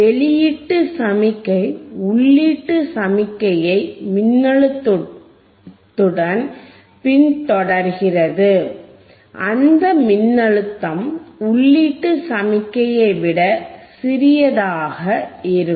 வெளியீட்டு சமிக்ஞை உள்ளீட்டு சமிஞையை மின்னழுத்தத்துடன் பின்தொடர்கிறது அந்த மின்னழுத்தம் உள்ளீட்டு சமிக்ஞையை விட சிறியதாக இருக்கும்